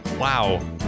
Wow